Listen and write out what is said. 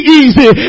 easy